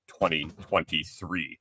2023